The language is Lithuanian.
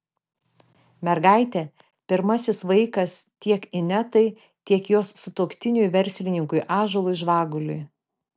mergaitė pirmasis vaikas tiek inetai tiek jos sutuoktiniui verslininkui ąžuolui žvaguliui